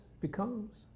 becomes